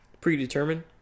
Predetermined